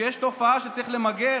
כשיש תופעה שצריך למגר,